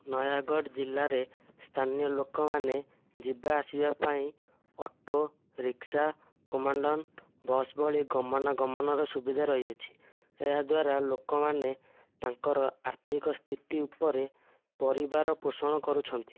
ନୟାଗଡ଼ ଜିଲ୍ଲାରେ ସ୍ଥାନୀୟ ଲୋକମାନେ ଯିବା ଆସିବା ପାଇଁ ଅଟୋ ରିକ୍ସା କମାଣ୍ଡନ ବସ୍ ଭଳି ଗମନାଗମନର ସୁବିଧା ରହିଅଛି ଏହାଦ୍ୱାରା ଲୋକମାନେ ତାଙ୍କର ଆର୍ଥିକ ସ୍ଥିତି ଉପରେ ପରିବାର ପୋଷଣ କରୁଛନ୍ତି